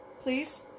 Please